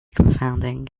confounding